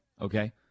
okay